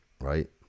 right